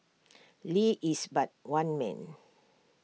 lee is but one man